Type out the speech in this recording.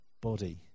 body